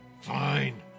Fine